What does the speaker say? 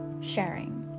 sharing